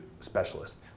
specialist